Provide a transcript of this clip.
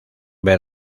ver